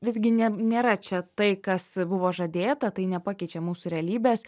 visgi nė nėra čia tai kas buvo žadėta tai nepakeičia mūsų realybės